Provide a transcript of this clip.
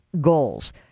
goals